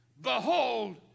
Behold